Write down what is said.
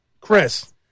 Chris